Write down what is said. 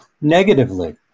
Negatively